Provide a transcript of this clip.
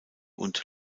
und